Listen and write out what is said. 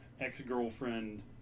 ex-girlfriend